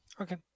Okay